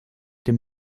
dem